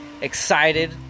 excited